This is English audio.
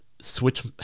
switch